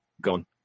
gone